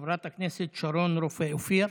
חברת הכנסת שרון רופא אופיר.